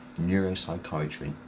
neuropsychiatry